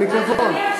מהמיקרופון.